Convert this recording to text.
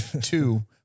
two